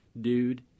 dude